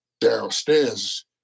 downstairs